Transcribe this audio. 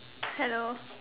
hello